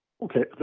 okay